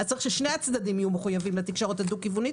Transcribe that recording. צריך ששני הצדדים יהיו מחויבים לתקשורת דו-כיוונית.